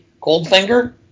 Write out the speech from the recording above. Goldfinger